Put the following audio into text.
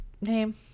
name